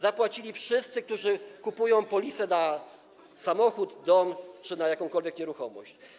Zapłacili wszyscy, którzy kupują polisę na samochód, dom czy na jakąkolwiek nieruchomość.